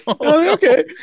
Okay